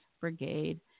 brigade